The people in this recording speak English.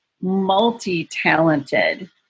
multi-talented